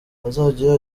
azajya